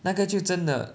那个就真的